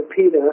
Peter